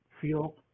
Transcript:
feel